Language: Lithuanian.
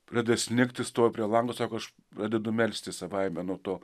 pradės snigt jis stovi prie lango sako aš pradedu melstis savaime nuo to